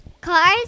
cars